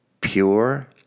Pure